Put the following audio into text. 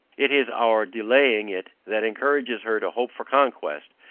it is our delaying it that encourages her to hope for conquest,